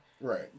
right